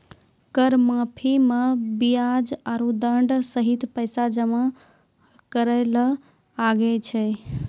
कर माफी मे बियाज आरो दंड सहित पैसा जमा करे ले लागै छै